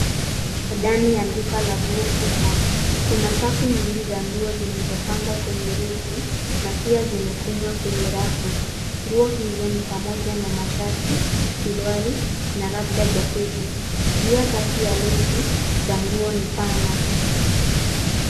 Hii ni ndani ya duka ya nguo kubwa. Kuna safu nyingi za nguo zilizopangwa kwenye reki, na pia zimekunjwa kwenye rafu. Nguo hizo ni pamoja na mashati, suruali na labda jaketi. Njia kati ya reki za nguo ni pana.